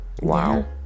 Wow